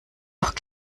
doch